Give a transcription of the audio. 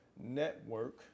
network